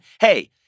Hey